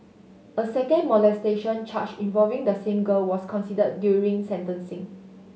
a second molestation charge involving the same girl was considered during sentencing